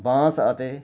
ਬਾਂਸ ਅਤੇ